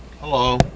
Hello